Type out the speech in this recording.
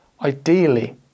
ideally